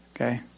okay